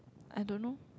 I don't know